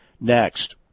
next